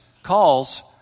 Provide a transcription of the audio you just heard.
Calls